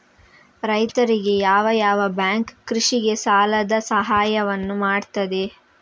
ರೈತರಿಗೆ ಯಾವ ಯಾವ ಬ್ಯಾಂಕ್ ಕೃಷಿಗೆ ಸಾಲದ ಸಹಾಯವನ್ನು ಮಾಡ್ತದೆ?